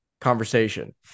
conversation